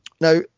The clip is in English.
Now